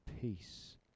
peace